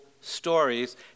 stories